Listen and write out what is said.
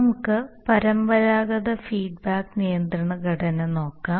നമുക്ക് പരമ്പരാഗത ഫീഡ്ബാക്ക് നിയന്ത്രണ ഘടന നോക്കാം